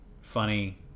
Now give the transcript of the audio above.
funny